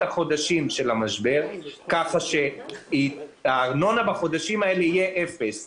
החודשים של המשבר ככה שהארנונה בחודשים הללו תעמוד על אפס.